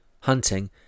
hunting